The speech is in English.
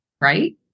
right